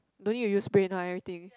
don't need to use brain one everything